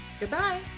Goodbye